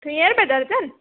टीह रुपिए दरजन